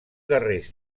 darrers